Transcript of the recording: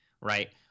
right